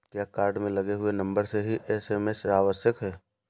क्या कार्ड में लगे हुए नंबर से ही एस.एम.एस आवश्यक है?